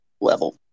level